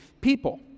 people